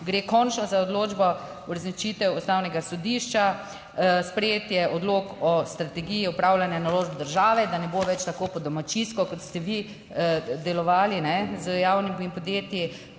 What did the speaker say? Gre končno za odločbo uresničitev Ustavnega sodišča, sprejet je odlok o strategiji upravljanja naložb države, da ne bo več tako po domačijsko, kot ste vi delovali z javnimi podjetji,